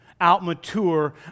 outmature